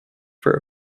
for